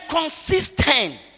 consistent